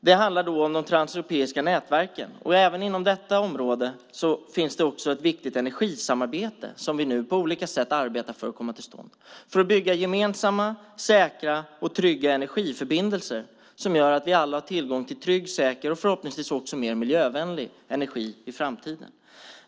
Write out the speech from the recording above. Det handlar om de transeuropeiska nätverken, och inom detta område finns också ett viktigt energisamarbete som vi nu på olika sätt arbetar för att få till stånd. Vi ska bygga gemensamma, säkra och trygga energiförbindelser som gör att vi alla har tillgång till trygg, säker och förhoppningsvis också mer miljövänlig energi i framtiden.